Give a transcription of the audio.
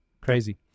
Crazy